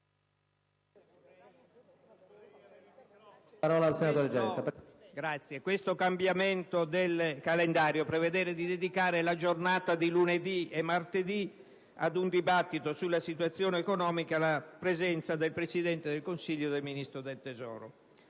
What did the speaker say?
mia proposta di modifica del calendario prevede di dedicare la giornata di lunedì e martedì ad un dibattito sulla situazione economica alla presenza del Presidente del Consiglio e del Ministro dell'econimia: